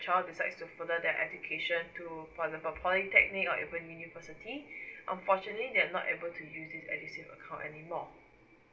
child decides to further their education to for the uh polytechnic or even university unfortunately they're not able to use this edusave account anymore